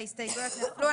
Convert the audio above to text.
ההסתייגויות נפלו.